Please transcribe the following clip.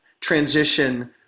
transition